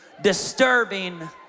Disturbing